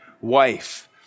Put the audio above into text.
wife